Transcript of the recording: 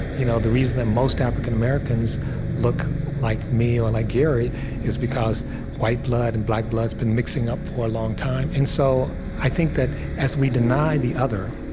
you know the reason that most african americans look like me or like gary is because white blood and black blood's been mixing up for a long time. and so i think that as we deny the other,